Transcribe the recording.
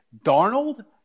Darnold